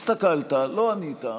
הסתכלת, לא ענית.